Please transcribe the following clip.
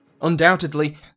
Undoubtedly